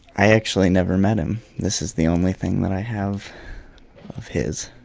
i actually never met him. this is the only thing that i have of his.